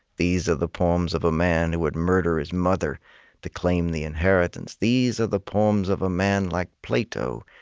these are the poems of a man who would murder his mother to claim the inheritance. these are the poems of a man like plato,